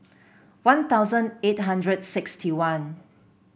One Thousand eight hundred sixty one